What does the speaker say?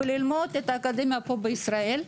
וללמוד באקדמיה פה בישראל.